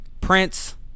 Prince